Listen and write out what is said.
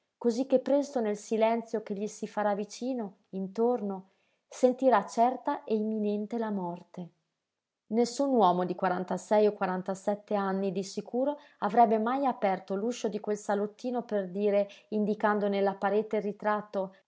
cosí che presto nel silenzio che gli si farà vicino intorno sentirà certa e imminente la morte nessun uomo di quarantasei o quarantasette anni di sicuro avrebbe mai aperto l'uscio di quel salottino per dire indicando nella parete il ritratto